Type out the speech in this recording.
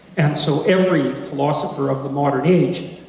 and so every philosopher of the modern age,